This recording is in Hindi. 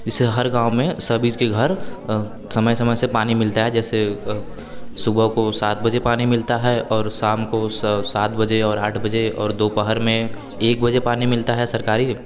जिससे हर गाँव में सभी के घर समय समय से पानी मिलता है जैसे सुबह को सात बजे पानी मिलता है और शाम को सात बजे और आठ बजे और दोपहर में एक बजे पानी मिलता है सरकारी